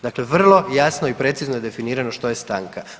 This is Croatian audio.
Dakle, vrlo jasno i precizno je definirano što je stanka.